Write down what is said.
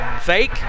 fake